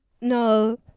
No